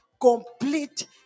complete